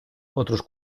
otros